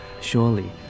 Surely